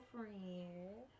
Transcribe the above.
Friend